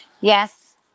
Yes